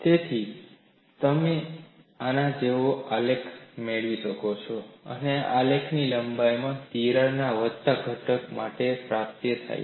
તેથી તમે આના જેવો આલેખ મેળવી શકો છો અને આ આલેખ લંબાઈમાં તિરાડ ધરાવતા ઘટક માટે પ્રાપ્ત થાય છે